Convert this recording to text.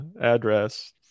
address